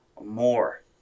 More